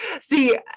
See